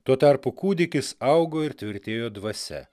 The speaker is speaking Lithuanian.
tuo tarpu kūdikis augo ir tvirtėjo dvasia